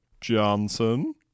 Johnson